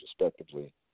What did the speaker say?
respectively